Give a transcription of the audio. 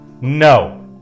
No